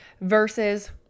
versus